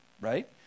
right